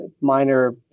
minor